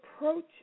approach